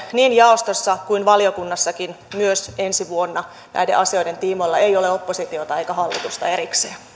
niin jaostossa kuin valiokunnassakin myös ensi vuonna näiden asioiden tiimoilla ei ole oppositiota eikä hallitusta erikseen